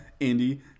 Andy